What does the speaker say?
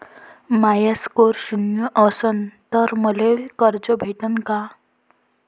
माया score शून्य असन तर मले कर्ज भेटन का?